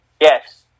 Yes